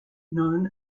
known